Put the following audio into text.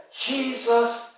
Jesus